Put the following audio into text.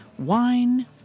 Wine